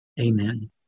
Amen